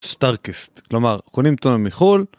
סטרקסט כלומר קונים טונה מחול.